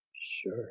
Sure